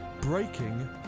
Breaking